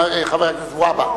חבר הכנסת והבה,